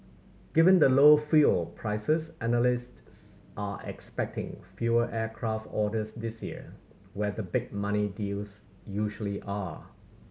given the low fuel prices analysts are expecting fewer aircraft orders this year where the big money deals usually are